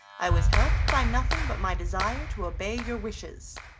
i was helped by nothing but my desire to obey your wishes.